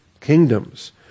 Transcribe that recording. kingdoms